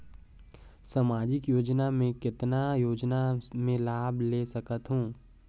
समाजिक योजना मे कतना योजना मे लाभ ले सकत हूं?